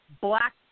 black